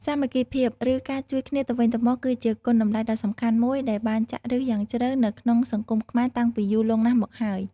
សាមគ្គីភាព ឬការជួយគ្នាទៅវិញទៅមក គឺជាគុណតម្លៃដ៏សំខាន់មួយដែលបានចាក់ឫសយ៉ាងជ្រៅនៅក្នុងសង្គមខ្មែរតាំងពីយូរលង់ណាស់មកហើយ។